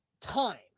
time